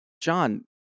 John